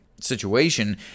situation